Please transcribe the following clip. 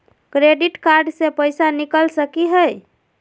Credit card से पैसा निकल सकी हय?